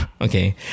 Okay